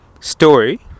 story